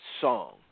song